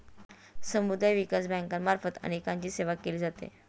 समुदाय विकास बँकांमार्फत अनेकांची सेवा केली जाते